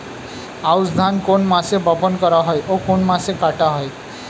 আউস ধান কোন মাসে বপন করা হয় ও কোন মাসে কাটা হয়?